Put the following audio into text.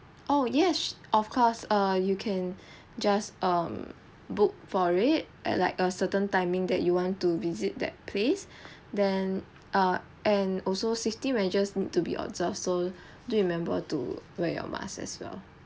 oh yes of course err you can just um book for it at like a certain timing that you want to visit that place then err and also safety measures need to be observe so do remember to wear your mask as well